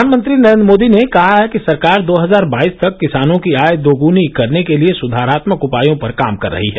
प्रधानमंत्री नरेन्द्र मोदी ने कहा है कि सरकार दो हजार बाईस तक किसानों की आय दोगुनी करने के लिए सुधारात्मक उपायों पर लगातार काम कर रही है